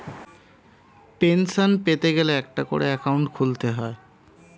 pension পেতে গেলে একটা করে অ্যাকাউন্ট খুলতে হয়